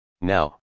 Now